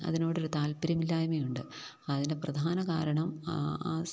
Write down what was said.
അതിനോടൊരു താല്പര്യമില്ലായ്മയുണ്ട് അതിന് പ്രധാന കാരണം